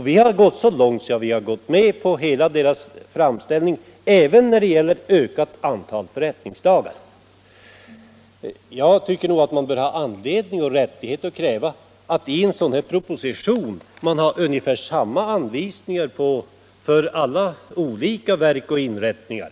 Vi har gått så långt att vi har gått med på skogsstyrelsens hela framställning, även när det gäller ökat antal förrättningsdagar. Man bör emellertid ha rättighet att kräva att det i en sådan här proposition finns samma anvisningar för alla olika verk och inrättningar.